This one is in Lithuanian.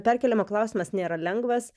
perkėlimo klausimas nėra lengvas